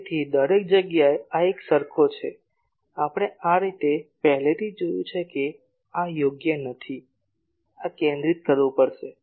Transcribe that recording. તેથી દરેક જગ્યાએ આ એકસરખો છે કે આપણે આ રીતે પહેલેથી જ જોયું છે કે આ યોગ્ય નથી આ કેન્દ્રિત કરવું પડશે